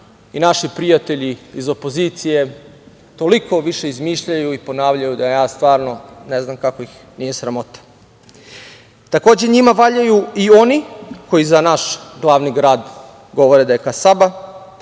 Naši prijatelji iz opozicije toliko više izmišljaju i ponavljaju da ja stvarno ne znam kako ih nije sramota. Takođe, njima valjaju i oni koji za naš glavni grad govore da je kasaba,